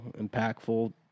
impactful